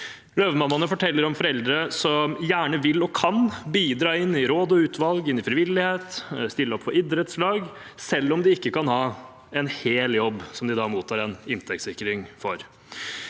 Løvemammaene forteller om foreldre som gjerne vil og kan bidra inn i råd og utvalg, i frivillighet, stille opp for idrettslag, selv om de ikke kan ha en hel jobb som de mottar en inntektssikring for.